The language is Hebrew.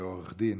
כעורך דין,